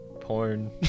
porn